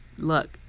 Look